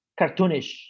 cartoonish